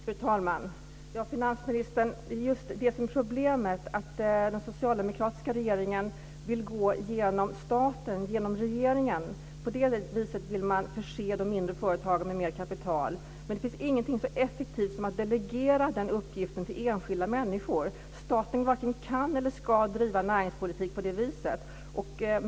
Fru talman! Ja, finansministern, det är just det är som problemet. Den socialdemokratiska regeringen vill gå genom staten, genom regeringen. På det viset vill man förse de mindre företagen med mer kapital. Men det finns ingenting så effektivt som att delegera den uppgiften till enskilda människor. Staten varken kan eller ska driva näringspolitik på det viset.